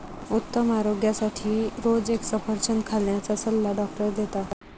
उत्तम आरोग्यासाठी रोज एक सफरचंद खाण्याचा सल्ला डॉक्टर देतात